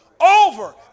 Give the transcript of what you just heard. over